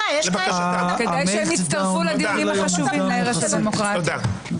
כדאי שהם יצטרפו לדיונים החשובים להרס הדמוקרטיה.